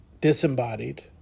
disembodied